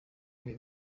ibihe